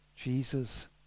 Jesus